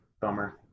Bummer